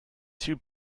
two